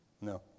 no